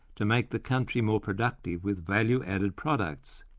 to make the country more productive with value-added products.